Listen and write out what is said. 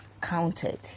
counted